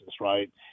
right